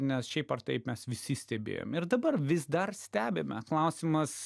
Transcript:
nes šiaip ar taip mes visi stebėjom ir dabar vis dar stebime klausimas